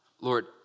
Lord